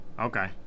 Okay